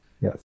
yes